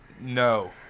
No